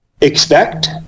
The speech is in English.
expect